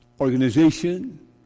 organization